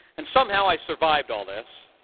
and somehow i survived all this.